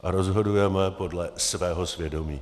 Rozhodujeme podle svého svědomí.